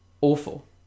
awful